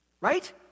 Right